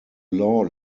law